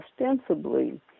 ostensibly